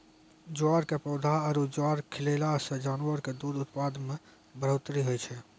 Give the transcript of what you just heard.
ज्वार के पौधा आरो ज्वार खिलैला सॅ जानवर के दूध उत्पादन मॅ बढ़ोतरी होय छै